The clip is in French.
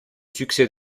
succès